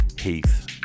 Heath